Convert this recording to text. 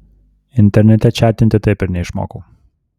internete čatinti taip ir neišmokau